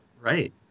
Right